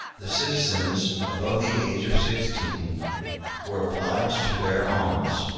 the citizens above the age of sixteen were obliged to bear arms